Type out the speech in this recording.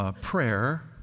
Prayer